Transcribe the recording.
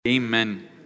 Amen